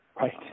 Right